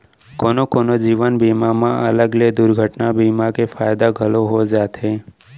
कोनो कोनो जीवन बीमा म अलग ले दुरघटना बीमा के फायदा घलौ हो जाथे